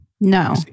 No